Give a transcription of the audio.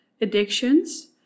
addictions